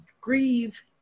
grieve